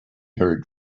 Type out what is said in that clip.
heard